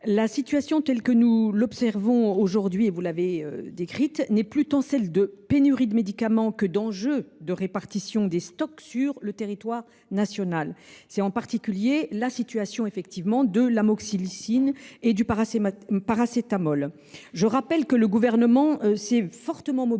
La situation telle que nous l’observons aujourd’hui n’est plus tant celle de pénuries de médicaments que d’enjeux de répartition des stocks sur le territoire national. C’est en particulier la situation de l’amoxicilline et du paracétamol. Je rappelle que le Gouvernement s’est fortement mobilisé